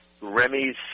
Remy's